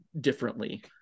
differently